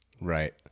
Right